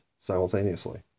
simultaneously